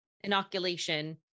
inoculation